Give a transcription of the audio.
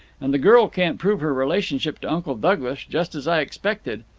and the girl can't prove her relationship to uncle douglas, just as i expected.